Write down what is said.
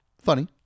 funny